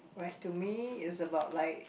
right to me it's about like